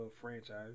franchise